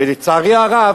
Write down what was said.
ולצערי הרב,